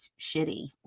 shitty